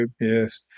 yes